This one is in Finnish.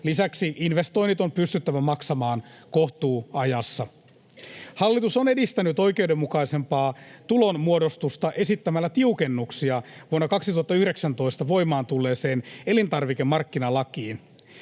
Lisäksi investoinnit on pystyttävä maksamaan kohtuuajassa. Hallitus on edistänyt oikeudenmukaisempaa tulonmuodostusta esittämällä tiukennuksia vuonna 2019 voimaan tulleeseen elintarvikemarkkinalakiin.